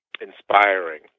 inspiring